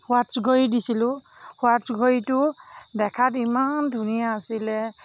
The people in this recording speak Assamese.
হোৱাটচ্ ঘড়ী দিছিলোঁ হোৱাটচ্ ঘড়ীটো দেখাত ইমান ধুনীয়া আছিলে